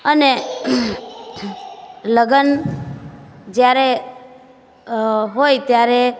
અને લગન જ્યારે હોય ત્યારે